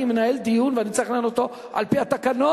אני מנהל דיון ואני צריך לנהל אותו על-פי התקנון,